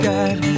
God